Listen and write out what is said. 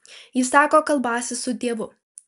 jis sako kalbąsis su dievu